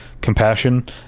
compassion